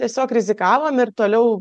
tiesiog rizikavome ir toliau